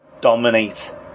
dominate